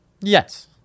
Yes